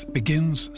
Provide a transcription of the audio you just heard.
begins